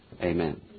Amen